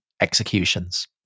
executions